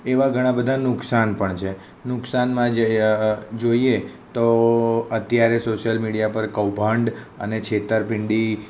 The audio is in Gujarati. એવાં ઘણાં બધાં નુક્સાન પણ છે નુકસાનમાં જોઈએ તો અત્યારે સોસલ મીડિયા પર કૌભાંડ અને છેતરપીંડી